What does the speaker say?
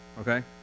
Okay